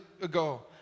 ago